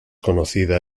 conocida